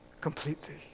completely